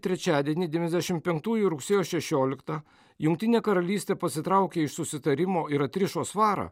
trečiadienį devyniasdešimt penktųjų rugsėjo šešioliktą jungtinė karalystė pasitraukė iš susitarimo ir atrišo svarą